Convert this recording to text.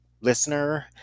listener